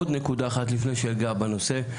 עוד נקודה אחת לפני שאגע בנושא.